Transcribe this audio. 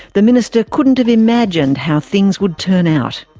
the minister couldn't have imagined how things would turn out.